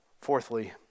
Fourthly